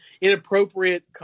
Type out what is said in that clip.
inappropriate